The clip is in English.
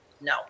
no